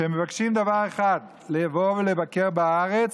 שמבקשים דבר אחד: לבוא ולבקר בארץ,